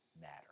matter